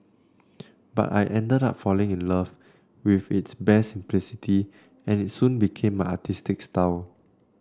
but I ended up falling in love with its bare simplicity and it soon became artistic style